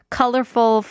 colorful